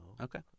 Okay